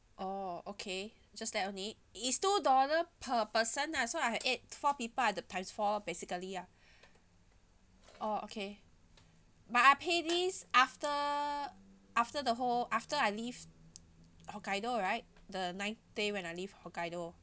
orh okay just that only is two dollar per person lah so I have add four people I have to times four basically ah orh okay may I pay this after after the whole after I leave hokkaido right the ninth day when I leave hokkaido